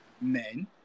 Men